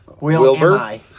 Wilbur